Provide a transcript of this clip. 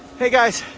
hey, guys.